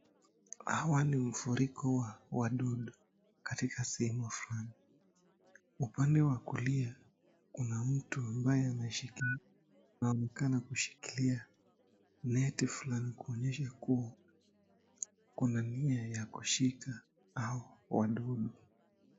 Hawa ni mfuriko wa wadudu katika sehemu fulani. Upande wa kulia kuna mtu ambaye ameshikilia anaonekana kushikilia neti fulani kuonyesha kuwa kuna nia ya kushika hao wadudu.